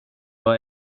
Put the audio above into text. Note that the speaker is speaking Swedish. var